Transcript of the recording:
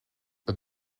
het